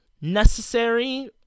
necessary